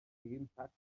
impact